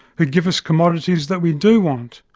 who give us commodities that we do want.